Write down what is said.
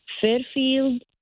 Fairfield